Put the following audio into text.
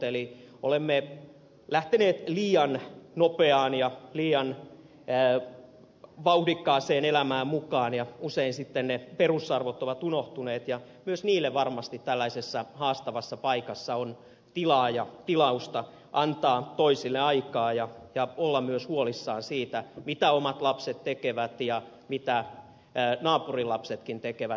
eli olemme lähteneet liian nopeaan ja liian vauhdikkaaseen elämään mukaan ja usein sitten ne perusarvot ovat unohtuneet ja myös niille varmasti tällaisessa haastavassa paikassa on tilaa ja tilausta antaa toisille aikaa ja olla myös huolissaan siitä mitä omat lapset tekevät ja mitä naapurinkin lapset tekevät